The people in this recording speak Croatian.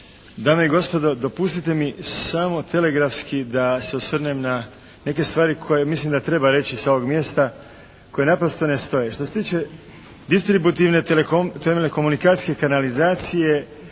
dame i gospodo. Dopustite mi samo telegrafski da se osvrnem na neke stvari koje mislim da treba reći sa ovog mjesta, koje naprosto ne stoje. Što se tiče distributivne telekomunikacijske kanalizacije